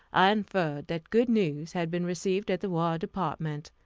i inferred that good news had been received at the war department.